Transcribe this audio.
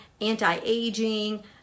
anti-aging